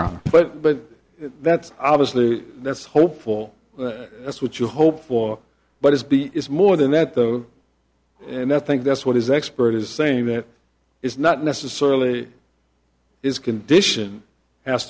wrong but that's obviously that's hopeful that's what you hope for but it's be is more than that and i think that's what his expert is saying that it's not necessarily his condition has